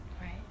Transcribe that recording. Right